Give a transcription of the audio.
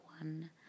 one